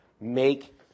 Make